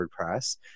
WordPress